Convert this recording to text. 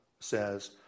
says